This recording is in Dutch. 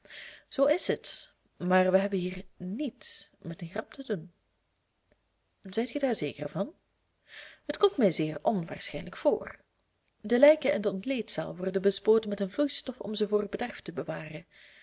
zoo is het maar we hebben hier niet met een grap te doen zijt ge daar zeker van het komt mij zeer onwaarschijnlijk voor de lijken in de ontleedzaal worden bespoten met een vloeistof om ze voor bederf te bewaren